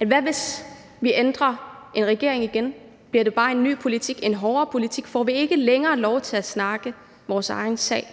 altså hvad hvis vi ændrer regering igen? Bliver det bare en ny politik, en hårdere politik? Får vi ikke længere lov til at tale vores egen sag?